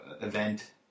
event